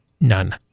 None